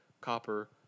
copper